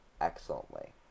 excellently